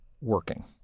working